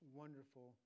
wonderful